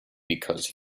because